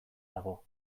dago